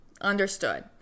Understood